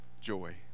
joy